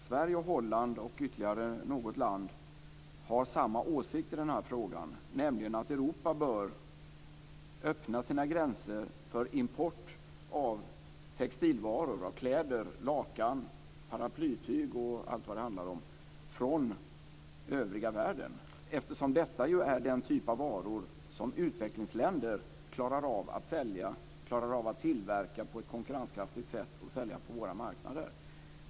Sverige, Holland och ytterligare något land har samma åsikt i den här frågan, nämligen att Europa bör öppna sina gränser för import av textilvaror - kläder, lakan, paraplytyg och allt vad det kan handla om - från övriga världen, eftersom detta ju är den typ av varor som utvecklingsländer klarar av att tillverka på ett konkurrenskraftigt sätt och sälja på våra marknader.